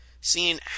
seeing